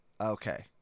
Okay